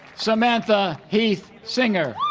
samantha heath singer